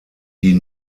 die